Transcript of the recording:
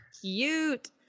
Cute